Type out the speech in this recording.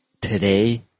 today